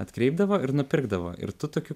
atkreipdavo ir nupirkdavo ir tu tokiu